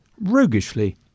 roguishly